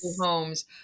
homes